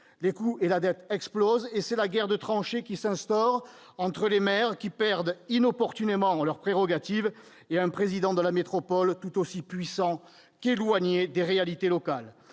Les coûts et la dette explosent, et c'est la guerre de tranchées qui s'instaure entre les maires, qui perdent inopportunément leurs prérogatives, et un président de la métropole tout aussi puissant qu'éloigné des réalités locales.